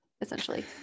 essentially